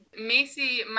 Macy